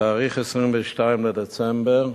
ב-22 בדצמבר,